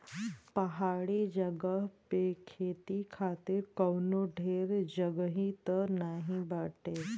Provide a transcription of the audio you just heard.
पहाड़ी जगह पे खेती खातिर कवनो ढेर जगही त नाही बाटे